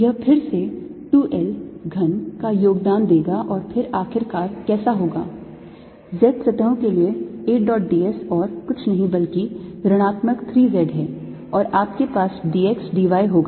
यह फिर से 2 L घन का योगदान देगा और फिर आखिरकार कैसे होगा z सतहों के लिए A dot d s और कुछ नहीं बल्कि ऋणात्मक 3 z है और आपके पास d x d y होगा